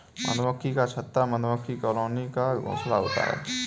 मधुमक्खी का छत्ता मधुमक्खी कॉलोनी का घोंसला होता है